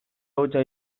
hutsa